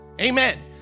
Amen